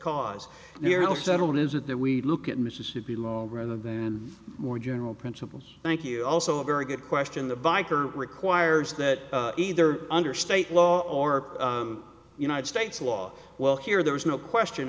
cause nearly settled is it that we look at mississippi law rather than more general principles thank you also a very good question the biker requires that either under state law or united states law well here there is no question